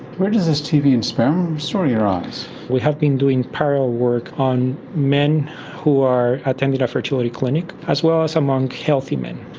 where does this tv and sperm story arise? we have been doing parallel work on men who attended a fertility clinic as well as among healthy men.